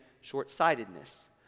short-sightedness